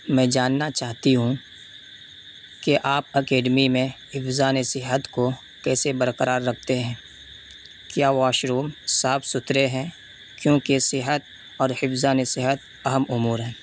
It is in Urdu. میں جاننا چاہتی ہوں کہ آپ اکیڈمی میں حفظان صحت کو کیسے برقرار رکھتے ہیں کیا واش روم صاف ستھرے ہیں کیونکہ صحت اور حفظان صحت اہم امور ہیں